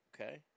Okay